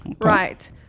right